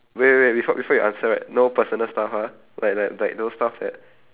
wait wait wait befo~ before you answer right no personal stuff ah like like like those stuff that